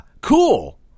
cool